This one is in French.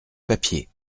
papier